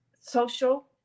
social